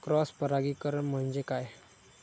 Cross परागीकरण म्हणजे काय?